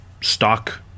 stock